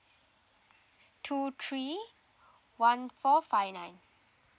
two three one four five nine